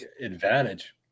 advantage